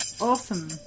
Awesome